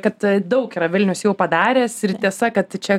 kad daug yra vilnius jau padaręs ir tiesa kad čia